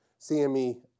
CME